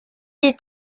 est